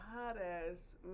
hot-ass